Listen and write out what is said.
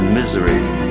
misery